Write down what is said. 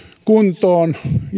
kuntoon